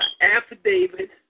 affidavit